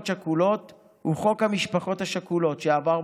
שכולות הוא חוק המשפחות השכולות שעבר בכנסת,